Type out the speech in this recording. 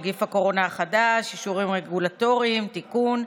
נגיף הקורונה החדש) (אישורים רגולטוריים) (תיקון),